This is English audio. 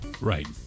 Right